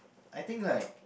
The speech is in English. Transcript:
I think like